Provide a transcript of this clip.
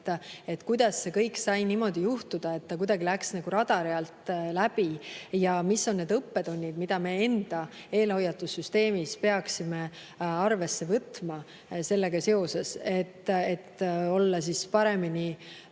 kuidas see kõik sai niimoodi juhtuda, et see kuidagi läks nagu radari alt läbi. Ja mis on need õppetunnid, mida me enda eelhoiatussüsteemis peaksime arvesse võtma sellega seoses, et olla paremini